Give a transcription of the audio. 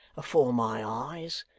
afore my eyes,